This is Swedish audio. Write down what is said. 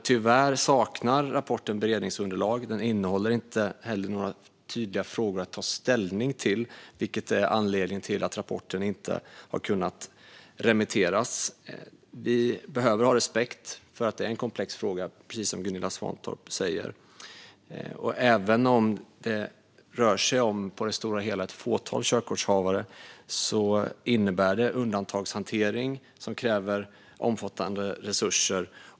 Tyvärr saknar rapporten beredningsunderlag. Den innehåller inte heller några tydliga frågor att ta ställning till, vilket är anledningen till att rapporten inte har kunnat remitteras. Vi behöver ha respekt för att det är en komplex fråga, precis som Gunilla Svantorp säger, och även om det på det stora hela rör sig om ett fåtal körkortshavare innebär det en undantagshantering som kräver omfattande resurser.